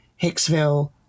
Hicksville